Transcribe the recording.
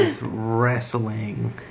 wrestling